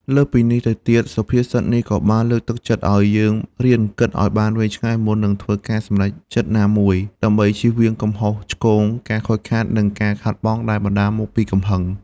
លើសពីនេះទៅទៀត សុភាសិតនេះក៏បានលើកទឹកចិត្តឱ្យយើងរៀនគិតឱ្យបានវែងឆ្ងាយមុននឹងធ្វើការសម្រេចចិត្តណាមួយ ដើម្បីចៀសវាងកំហុសឆ្គង ការខូចខាត និងការខាតបង់ដែលបណ្ដាលមកពីកំហឹង។